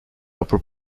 upper